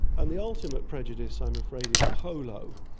and the ultimate prejudice i'm afraid is polo,